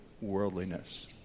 worldliness